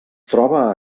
troba